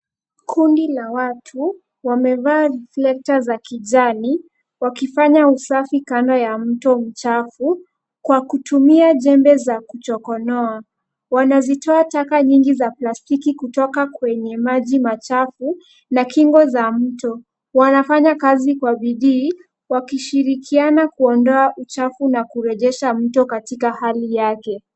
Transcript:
Kundi la watu, wamevaa reflekta za kijani wakifanya usafi kando ya mto mchafu kwa kutumia jembe za kuchokonoa. Wanazitoa taka nyingi za plastiki kutoka kwenye maji machafu na kingo za mto. Wanafanya kazi kwa bidii wakishirkiana kuondoa uchafu na kurejesha mto katika hali yake.